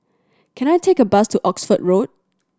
can I take a bus to Oxford Road